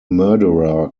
murderer